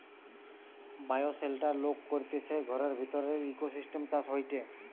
bioshelter লোক করতিছে ঘরের ভিতরের ইকোসিস্টেম চাষ হয়টে